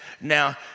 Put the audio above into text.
Now